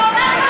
הוא אומר,